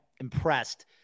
impressed